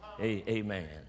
Amen